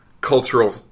cultural